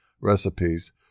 recipes